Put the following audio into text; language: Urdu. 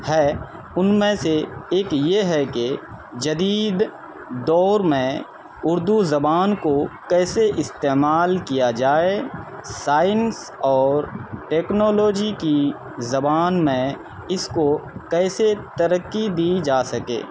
ہے ان میں سے ایک یہ ہے کہ جدید دور میں اردو زبان کو کیسے استعمال کیا جائے سائنس اور ٹیکنالوجی کی زبان میں اس کو کیسے ترقی دی جا سکے